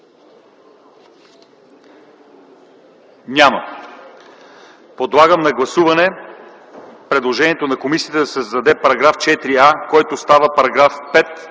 Няма. Подлагам на гласуване предложението на комисията да се създаде § 4а, който става § 5,